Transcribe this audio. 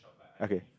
okay